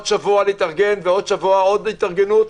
שבוע להתארגן ועוד שבוע עוד התארגנות.